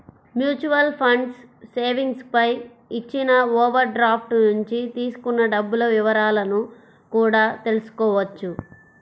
mutual funds savings పై ఇచ్చిన overdraft నుంచి తీసుకున్న డబ్బుల వివరాలను కూడా తెల్సుకోవచ్చు